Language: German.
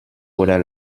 oder